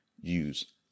use